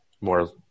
more